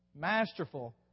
Masterful